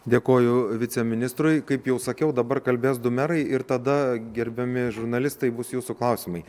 dėkoju viceministrui kaip jau sakiau dabar kalbės du merai ir tada gerbiami žurnalistai bus jūsų klausimai